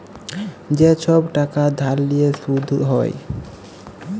যে ছব টাকা ধার লিঁয়ে সুদ হ্যয়